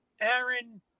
Aaron